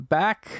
back